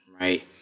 right